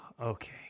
okay